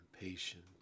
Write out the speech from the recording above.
patient